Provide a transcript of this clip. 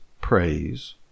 praise